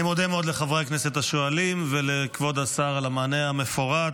אני מודה מאוד לחברי הכנסת השואלים ולכבוד השר על המענה המפורט.